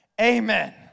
Amen